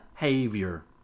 behavior